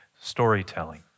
storytelling